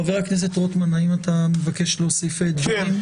חבר הכנסת רוטמן, האם אתה מבקש להוסיף דברים?